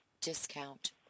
discount